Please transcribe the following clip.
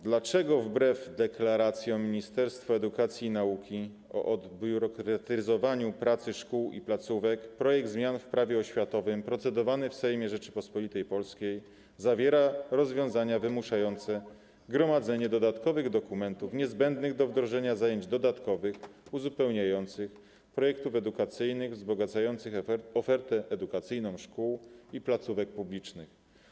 Dlaczego wbrew deklaracjom Ministerstwa Edukacji i Nauki o odbiurokratyzowaniu pracy szkół i placówek projekt zmian w Prawie oświatowym procedowany w Sejmie Rzeczypospolitej Polskiej zawiera rozwiązania wymuszające gromadzenie dodatkowych dokumentów niezbędnych do wdrożenia zajęć dodatkowych, uzupełniających, projektów edukacyjnych wzbogacających ofertę edukacyjną szkół i placówek publicznych?